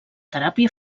teràpia